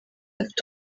afite